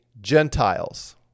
Gentiles